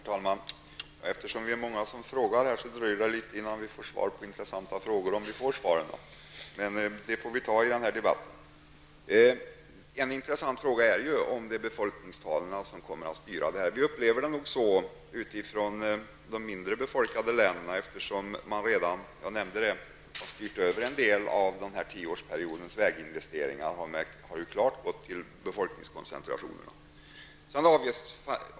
Herr talman! Eftersom vi är många som frågar dröjer det väl litet innan vi får svar på det som är intressant, om vi över huvud taget får svar. Det måste vi räkna med i den här debatten. Det är intressant att få veta om befolkningstalen kommer att styra det hela. I de län som har en mindre befolkning upplever man väl att det förhåller sig så, eftersom det som redan nämnts har styrts en del av tioårsperiodens väginvesteringar till befolkningskoncentrationerna.